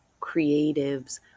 creatives